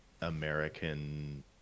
American